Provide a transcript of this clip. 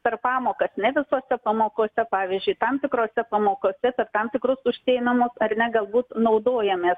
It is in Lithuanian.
per pamokas ne visose pamokose pavyzdžiui tam tikrose pamokose per tam tikrus užsiėmimus ar ne galbūt naudojamės